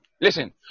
Listen